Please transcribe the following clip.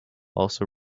also